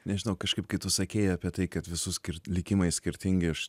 nežinau kažkaip kai tu sakei apie tai kad visus likimai skirtingi aš